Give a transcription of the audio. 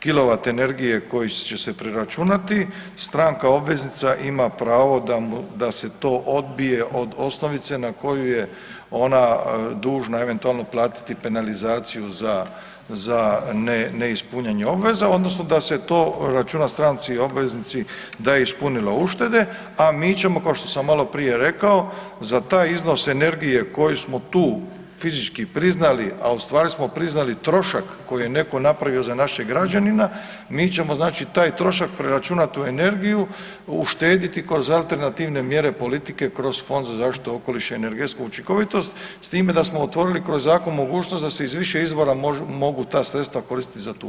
kilovat energije koji će se preračunati, stranka obveznica ima pravo da se to odbije od osnovice na koju je ona dužna eventualno platiti penalizaciju za neispunjenje obveza, odnosno da se to računa stranci obveznici da je ispunila uštede, a mi ćemo kao što sam maloprije rekao, za taj iznos energije koji smo tu fizički priznali, a ustvari smo priznali trošak koji je netko napravio za našeg građanina, mi ćemo znači taj trošak preračunati u energiju, uštediti kroz alternativne mjere politike, kroz Fond za zaštitu okoliša i energetsku učinkovitost, s time da smo otvorili kroz zakon mogućnost da se iz više izvora mogu ta sredstva koristiti za tu uštedu.